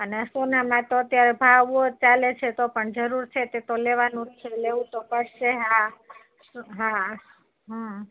અને સોનામાં તો અત્યારે ભાવ બઉ ચાલે છે તો પણ જરૂર છે એતો લેવાનું છે લેવું તો પડશે હા હા હં